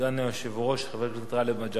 סגן היושב-ראש, חבר הכנסת גאלב מג'אדלה.